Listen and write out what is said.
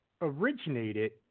originated